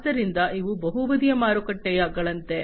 ಆದ್ದರಿಂದ ಇವು ಬಹು ಬದಿಯ ಮಾರುಕಟ್ಟೆಗಳಂತೆ